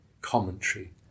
commentary